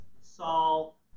Saul